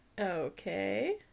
Okay